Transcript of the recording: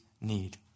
need